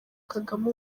kagame